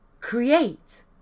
create